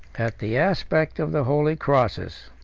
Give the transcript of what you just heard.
at the aspect of the holy crosses,